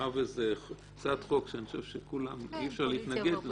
מאחר שזו הצעת חוק שאני חושב שאי אפשר להתנגד לה --- כן,